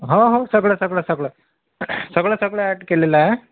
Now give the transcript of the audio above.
हो हो सगळं सगळं सगळं सगळं सगळं ॲड केलेलं आहे